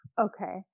Okay